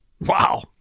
Wow